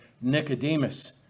Nicodemus